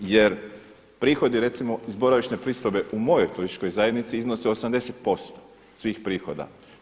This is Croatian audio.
Jer prihodi recimo iz boravišne pristojbe u mojoj turističkoj zajednici iznose 80 posto svih prihoda.